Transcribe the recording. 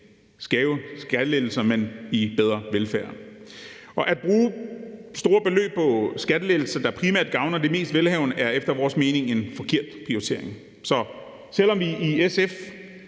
skæve skattelettelser, men i bedre velfærd. At bruge store beløb på skattelettelser, der primært gavner de mest velhavende, er efter vores mening en forkert prioritering. Så selv om vi i SF